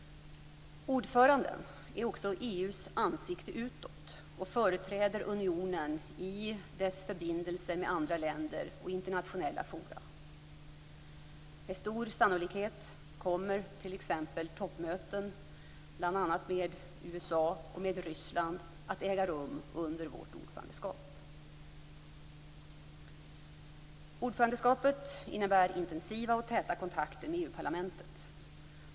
Ordföranden är också EU:s ansikte utåt och företräder unionen i dess förbindelse med andra länder och internationella forum. Med stor sannolikhet kommer t.ex. toppmöten, bl.a. med USA och med Ryssland, att äga rum under vårt ordförandeskap. Ordförandeskapet innebär intensiva och täta kontakter med EU-parlamentet.